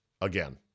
again